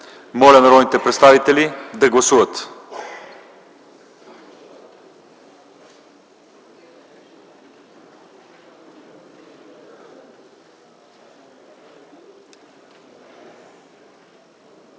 Моля, народните представители да гласуват.